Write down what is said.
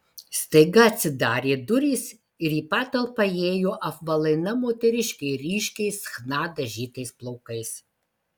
staiga atsidarė durys ir į patalpą įėjo apvalaina moteriškė ryškiais chna dažytais plaukais